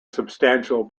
substantial